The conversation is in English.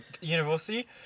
university